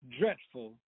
dreadful